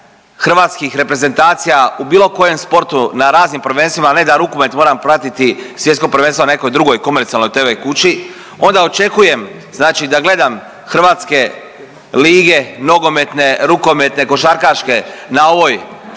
hrvatskih reprezentacija u bilo kojem sportu na raznim prvenstvima, a ne da rukomet moram pratiti, Svjetsko prvenstvo na nekoj drugoj komercijalnoj TV kući, onda očekujem znači da gledam hrvatske lige, nogometne, rukometne, košarkaške na ovoj